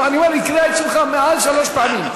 אני אומר, היא הקריאה את שמך מעל שלוש פעמים.